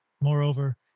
Moreover